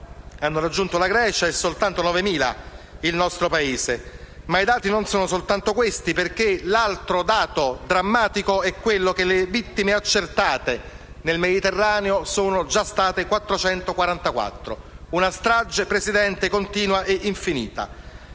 hanno raggiunto la Grecia e soltanto 9.000 il nostro Paese. Ma i dati non sono solo questi. L'altro dato drammatico è che le vittime accertate nel Mediterraneo sono già state 444: una strage, signor Presidente, continua e infinita.